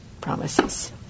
promises